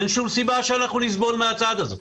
- אין סיבה שנסבול מהצעד הזה.